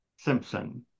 Simpson